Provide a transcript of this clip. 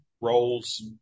roles